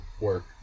work